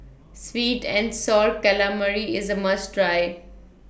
Sweet and Sour Calamari IS A must Try